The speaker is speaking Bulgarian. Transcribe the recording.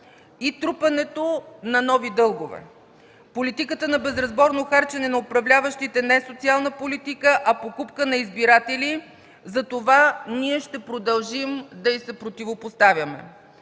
и трупането на нови дългове. Политиката на безразборно харчене на управляващите не е социална политика, а покупка на избиратели. Затова ще продължим да й се противопоставяме.